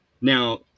now